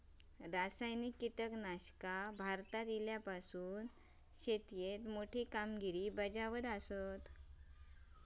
रासायनिक कीटकनाशका भारतात इल्यापासून शेतीएत मोठी कामगिरी बजावत आसा